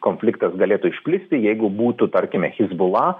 konfliktas galėtų išplisti jeigu būtų tarkime his bula